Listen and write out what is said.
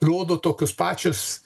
rodo tokios pačios